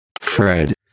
Fred